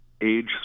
age